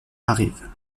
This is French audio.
arrive